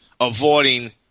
avoiding